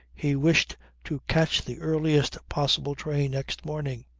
he wished to catch the earliest possible train next morning.